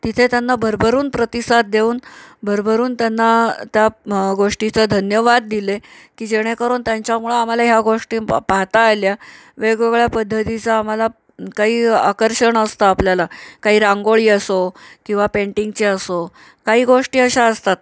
तिथे त्यांना भरभरून प्रतिसाद देऊन भरभरून त्यांना त्या गोष्टीचा धन्यवाद दिले की जेणेकरून त्यांच्यामुळं आम्हाला ह्या गोष्टी प पाहता आल्या वेगवेगळ्या पद्धतीचं आम्हाला काही आकर्षण असतं आपल्याला काही रांगोळी असो किंवा पेंटिंगची असो काही गोष्टी अशा असतात